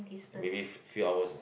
like maybe few few hours ah